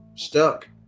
stuck